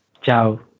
Ciao